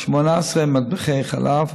18 מטבחי חלב,